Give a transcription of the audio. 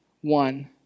one